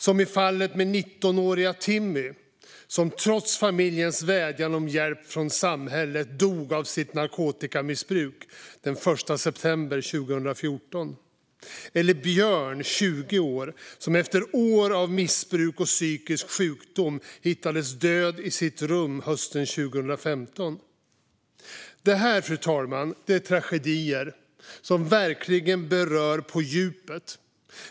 Så var det med 19åriga Timmy, som trots familjens vädjan om hjälp från samhället dog av sitt narkotikamissbruk den 1 september 2014, eller med Björn, 20 år, som efter år av missbruk och psykisk sjukdom hittades död i sitt rum hösten 2015. Detta, fru talman, är tragedier som verkligen berör på djupet.